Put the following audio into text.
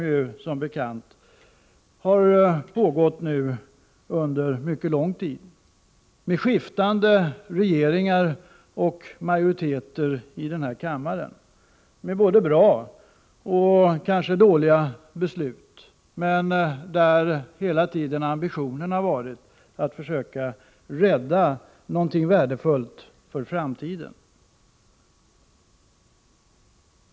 Den har nu pågått under mycket lång tid, med skiftande regeringar och majoriteter i denna kammare, med både bra och dåliga beslut. Hela tiden har dock ambitionen varit att försöka rädda någonting värdefullt för framtiden.